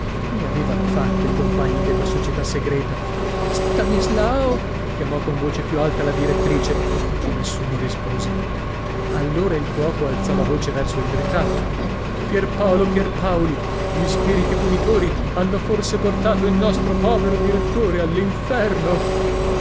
che ne avevano fatto i compagni della società segreta stanislao chiamò con voce più alta la direttrice nessuno rispose allora il cuoco alzò la voce verso il ritratto pierpaolo pierpaoli gli spiriti punitori hanno forse portato il nostro povero direttore